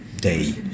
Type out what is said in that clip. day